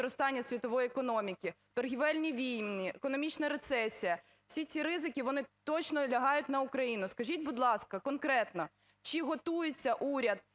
Дякую.